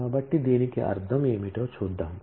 కాబట్టి దీని అర్థం ఏమిటో చూద్దాం